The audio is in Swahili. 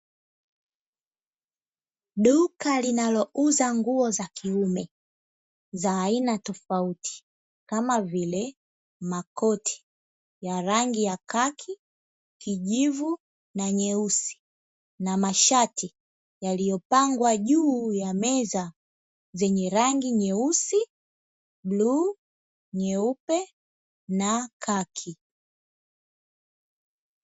Duka linalouza nguo za kiume za aina tofauti kama vile makoti ya rangi ya kaki, kijivu na nyeusi; na mashati yaliyopangwa juu ya meza zenye rangi nyeusi, bluu, nyeupe na kaki.